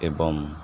ଏବଂ